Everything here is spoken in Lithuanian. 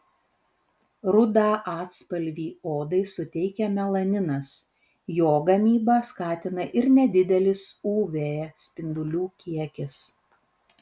rudą atspalvį odai suteikia melaninas jo gamybą skatina ir nedidelis uv spindulių kiekis